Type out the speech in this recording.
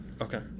Okay